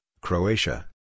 Croatia